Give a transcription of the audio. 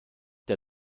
der